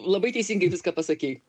labai teisingai viską pasakei